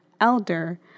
elder